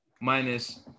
minus